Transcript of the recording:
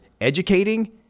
educating